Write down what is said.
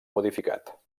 modificat